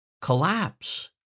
collapse